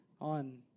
on